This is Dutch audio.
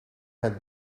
het